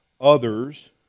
others